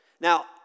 Now